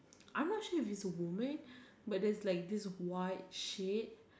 I'm not sure if it's a woman but there's like this white sheet